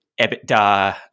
EBITDA